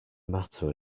matter